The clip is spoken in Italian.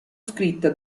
scritta